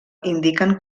indiquen